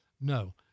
no